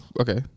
Okay